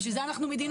לכן אנחנו מדינה.